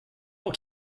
will